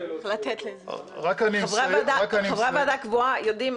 חברי הוועדה הקבועה יודעים